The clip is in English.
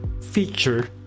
feature